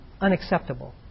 unacceptable